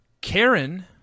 Karen